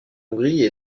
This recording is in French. hongrie